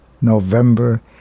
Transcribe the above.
November